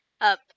up